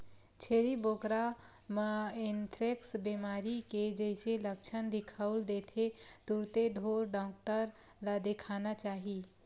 छेरी बोकरा म एंथ्रेक्स बेमारी के जइसे लक्छन दिखउल देथे तुरते ढ़ोर डॉक्टर ल देखाना चाही